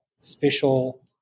special